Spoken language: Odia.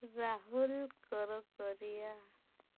ରାହୁଲ କର କରିଆ